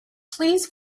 please